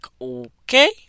okay